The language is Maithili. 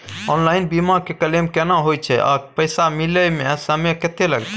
ऑनलाइन बीमा के क्लेम केना होय छै आ पैसा मिले म समय केत्ते लगतै?